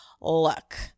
look